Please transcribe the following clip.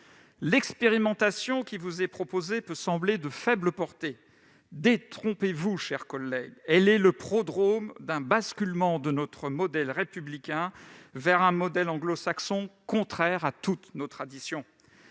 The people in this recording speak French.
L'expérimentation qui vous est proposée peut sembler de faible portée. Détrompez-vous, chers collègues, elle est le prodrome d'un basculement de notre modèle républicain vers un modèle anglo-saxon, contraire à toutes nos traditions.